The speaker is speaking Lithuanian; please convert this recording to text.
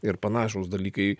ir panašūs dalykai